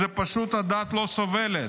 את זה פשוט הדעת לא סובלת.